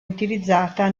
utilizzata